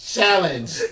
Challenge